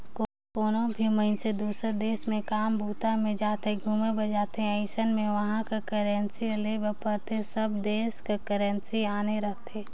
कोनो भी मइनसे दुसर देस म काम बूता म जाथे, घुमे बर जाथे अइसन म उहाँ कर करेंसी लेय बर पड़थे सब देस कर करेंसी आने रहिथे